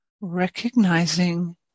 recognizing